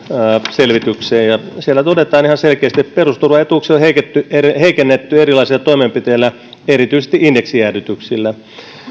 selvitykseen ja siellä todetaan ihan selkeästi että perusturvaetuuksia on heikennetty erilaisilla toimenpiteillä erityisesti indeksijäädytyksillä